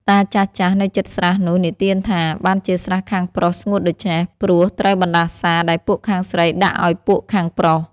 តាមចាស់ៗ នៅជិតស្រះនោះ និទានថា បានជាស្រះខាងប្រុសស្ងួតដូច្នេះ ព្រោះត្រូវបណ្ដាសា ដែលពួកខាងស្រីដាក់ឲ្យពួកខាងប្រុស ។